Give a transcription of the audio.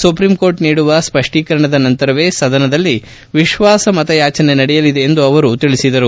supreme court ನೀಡುವ ಸ್ಪಷ್ಟೀಕರಣದ ನಂತರವೇ ಸದನದಲ್ಲಿ ವಿಶ್ವಾಸಮತ ಯಾಚನೆ ನಡೆಯಲಿದೆ ಎಂದು ಅವರು ತಿಳಿಸಿದರು